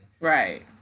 right